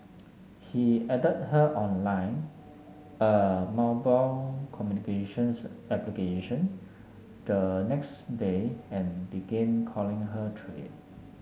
he added her on line a mobile communications application the next day and began calling her through it